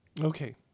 Okay